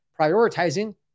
Prioritizing